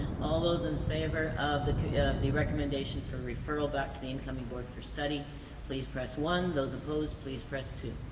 all those in favor of the the recommendation for referral back to the incoming board for study please press one those opposed please press two